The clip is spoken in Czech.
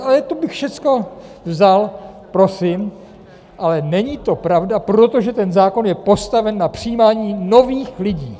Ale to bych všecko vzal, prosím, ale není to pravda, protože ten zákon je postaven na přijímání nových lidí.